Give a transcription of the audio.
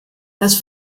das